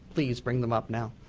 please bring them up now.